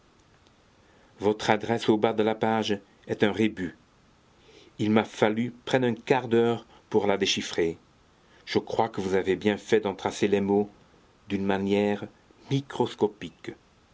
votre adresse au bas de la page est un rébus il m'a fallu près d'un quart d'heure pour la déchiffrer je crois que vous avez bien fait d'en tracer les mots d'une manière microscopique